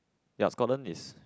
ya Scotland is